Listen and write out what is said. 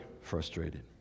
frustrated